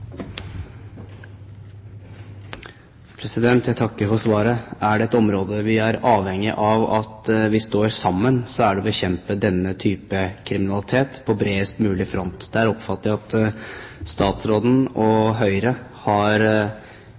det et område der vi er avhengige av at vi står sammen, er det ved bekjempelse av denne type kriminalitet på bredest mulig front. Der oppfatter jeg at statsråden og Høyre har